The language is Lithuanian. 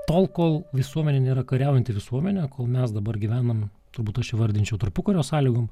tol kol visuomenė nėra kariaujanti visuomenė kol mes dabar gyvenam turbūt aš įvardinčiau tarpukario sąlygom